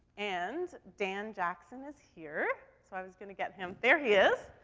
and dan jackson is here. so i was gonna get him there he is.